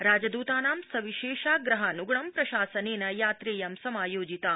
राजदूतानां सविशेषाग्रहानुगुणं प्रशासनेन यात्रेयं समायोजिता